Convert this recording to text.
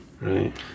right